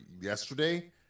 yesterday